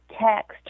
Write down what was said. text